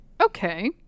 okay